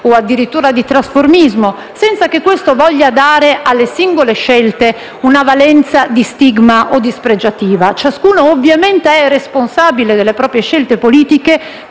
o addirittura di trasformismo, senza che questo voglia dare alle singole scelte una valenza di stigma o dispregiativa: ciascuno, ovviamente, è responsabile delle proprie scelte politiche,